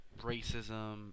racism